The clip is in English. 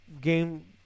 game